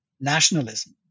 nationalism